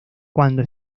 cuando